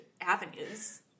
avenues